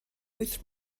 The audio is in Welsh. wyth